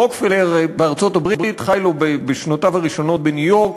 רוקפלר בארצות-הברית חי לו בשנותיו הראשונות בניו-יורק